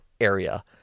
area